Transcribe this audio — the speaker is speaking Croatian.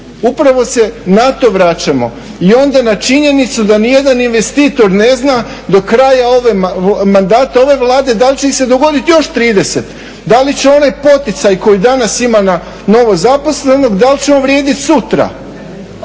Upravo se na to vraćamo. I onda na činjenicu da ni jedan investitor ne zna do kraja mandata ove Vlade da li će ih se dogoditi još 30. Da li će onaj poticaj koji danas ima na novozaposlenog da li će on vrijediti sutra.